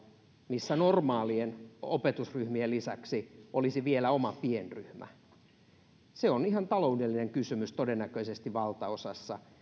missä normaalien opetusryhmien lisäksi olisi vielä oma pienryhmä todennäköisesti se on ihan taloudellinen kysymys valtaosassa